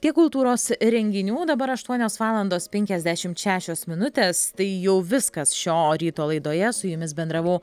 tiek kultūros renginių dabar aštuonios valandos penkiasdešimt šešios minutės tai jau viskas šio ryto laidoje su jumis bendravau